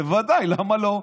בוודאי, למה לא.